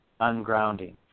ungrounding